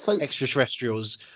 extraterrestrials